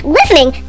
listening